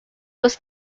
was